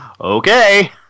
Okay